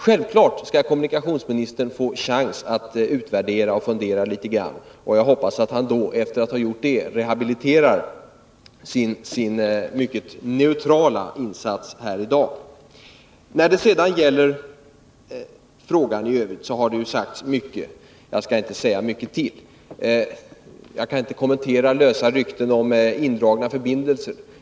Självfallet skall kommunikationsministern få chans att utvärdera och fundera litet grand, och jag hoppas att han efter att ha gjort det rehabiliterar sin mycket neutrala insats här i dag. När det sedan gäller frågan i övrigt har det ju sagts en hel del, och jag skall inte säga mycket till. Jag kan inte kommentera lösa rykten om indragna förbindelser.